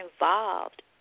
involved